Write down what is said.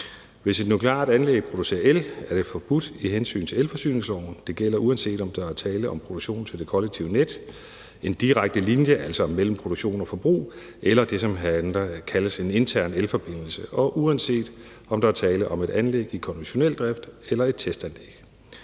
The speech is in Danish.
Hvis et nukleart anlæg producerer el, er det forbudt ifølge elforsyningsloven. Det gælder, uanset om der er tale om produktion til det kollektive net, en direkte linje, altså mellem produktion og forbrug, eller det, som kaldes en intern elforbindelse, og uanset om der er tale om et anlæg i konventionel drift eller et testanlæg.